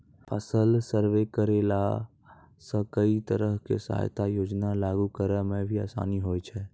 फसल सर्वे करैला सॅ कई तरह के सहायता योजना लागू करै म भी आसानी होय छै